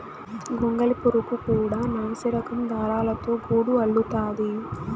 గొంగళి పురుగు కూడా నాసిరకం దారాలతో గూడు అల్లుతాది